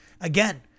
again